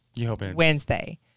Wednesday